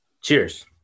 Cheers